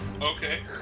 okay